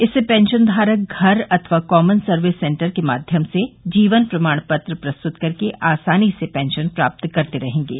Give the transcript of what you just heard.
इससे पेंशन धारक घर अथवा कॉमन सर्विस सेंटर के माध्यम से जीवन प्रमाण पत्र प्रस्तुत कर आसानी से पेंशन प्राप्त करते रहेंगे